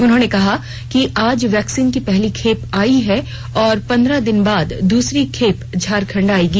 उन्होंने कहा कि आज वैक्सीन की पहली खेप आयी है और पन्द्रह दिन बाद दूसरी खेप झारखंड आएगी